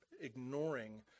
ignoring